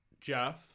Jeff